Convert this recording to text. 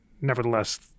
nevertheless